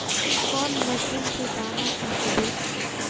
कौन मशीन से दाना ओसबे?